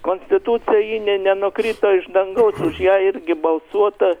konstitucija ji ne nenukrito iš dangaus už ją irgi balsuota